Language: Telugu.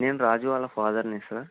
నేను రాజు వాళ్ళ ఫాదర్ని సార్